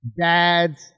dads